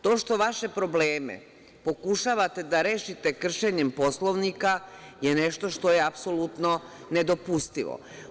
To što vaše probleme pokušavate da rešite kršenjem Poslovnika, je nešto što je apsolutno nedopustivo.